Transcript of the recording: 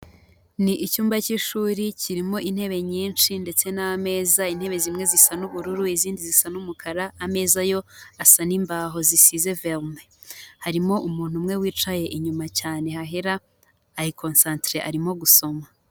Ni icyumba cy'ishuri kirimo intebe nyinshi ndetse n'ameza, intebe zimwe zisa n'ubururu izindi zisa n'umukara, ameza yo asa n'imbaho zisize verine, harimo umuntu umwe wicaye inyuma cyane hahera ari concentre arimo gusoma.